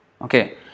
Okay